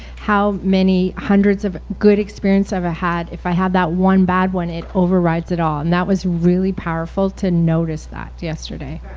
how many hundreds of good experience ever had if i have that one bad one it overrides it all. and that was really powerful to notice that yesterday.